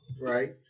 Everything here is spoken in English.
Right